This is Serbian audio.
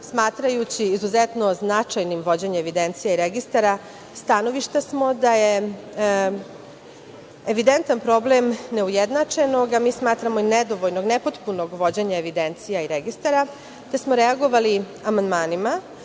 Smatrajući izuzetno značajnim vođenje evidencije registara stanovišta smo da je evidentan problem neujednačenog, a mi smatramo i nedovoljnog, nepotpunog vođenja evidencije i registara, te smo reagovali amandmanima.